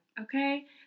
Okay